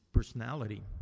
personality